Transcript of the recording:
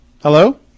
Hello